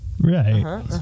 Right